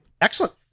Excellent